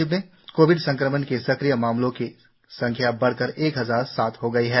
राज्य में कोविड संक्रमण के सक्रिय मामलों की संख्या बढ़कर एक हजार सात हो गई है